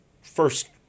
first